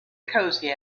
cozy